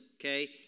okay